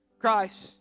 Christ